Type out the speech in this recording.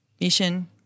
mission